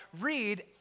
read